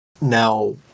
Now